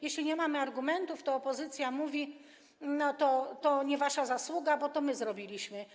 Jeśli nie ma argumentów, to opozycja mówi: to nie wasza zasługa, to my zrobiliśmy.